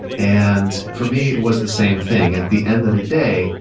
and for me, it was the same thing. at the end of the day,